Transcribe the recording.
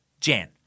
Jan